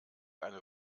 eine